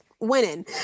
Winning